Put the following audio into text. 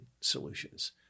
solutions